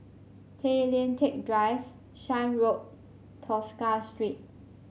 Tay Lian Teck Drive Shan Road Tosca Street